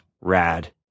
rad